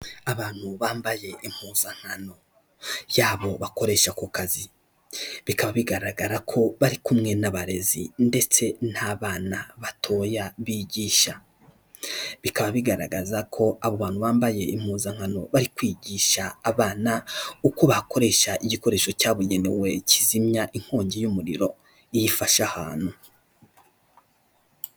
Abantu bambaye impuzankano y'abo bakoresha ako kazi bikaba bigaragara ko bari kumwe n'abarezi ndetse n'abana batoya bigisha, bikaba bigaragaza ko abo bantu bambaye impuzankano bari kwigisha abana uko bakoresha igikoresho cyabugenewe kizimya inkongi y'umuriro iyo ifasha ahantu.